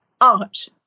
art